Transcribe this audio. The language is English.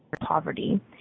poverty